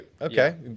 Okay